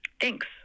Thanks